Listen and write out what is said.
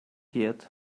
yet